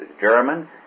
German